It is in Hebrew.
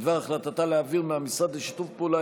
בדבר החלטתה להעביר מהמשרד לשיתוף פעולה